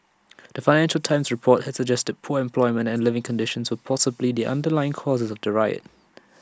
the financial times report had suggested poor employment and living conditions were possibly the underlying causes of the riot